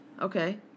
Okay